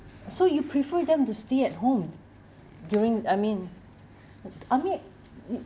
so you prefer them to stay at home during I mean I mean